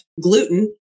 gluten